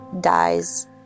dies